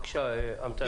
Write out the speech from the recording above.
אנטאנס, בבקשה.